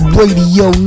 Radio